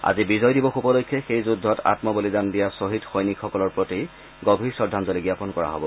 আজি বিজয় দিৱস উপলক্ষে সেই যুদ্ধত আম্মবলিদান দিয়া খহীদ সৈনিকসকলৰ প্ৰতি গভীৰ শ্ৰদ্ধাঞ্জলি জ্ঞাপন কৰা হব